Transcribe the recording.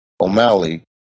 O'Malley